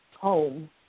home